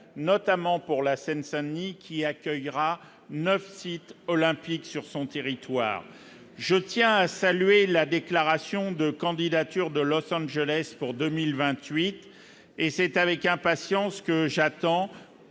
notamment pour la Seine-Saint-Denis, qui accueillera 9 sites olympiques sur son territoire, je tiens à saluer la déclaration de candidature de Los-Angeles pour 2000 28 et c'est avec impatience que j'attends